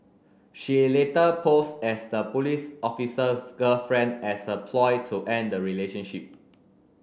she later posed as the police officer's girlfriend as a ploy to end the relationship